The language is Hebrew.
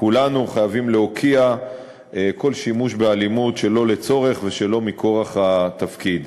כולנו חייבים להוקיע כל שימוש באלימות שלא לצורך ושלא מכורח התפקיד.